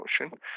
motion